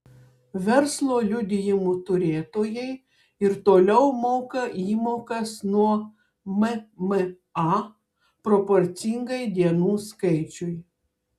verslo liudijimų turėtojai ir toliau moka įmokas nuo mma proporcingai dienų skaičiui